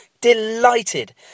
Delighted